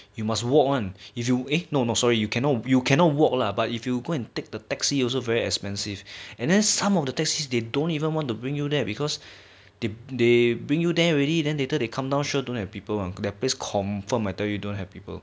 you must walk one if you eh no no sorry you cannot you cannot walk lah but if you go and take the taxi also very expensive and then some of the taxi they don't even want to bring you there because they they bring you there already then later they come now sure don't have people one that place confirm I tell you don't have people